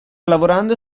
lavorando